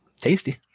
tasty